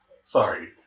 Sorry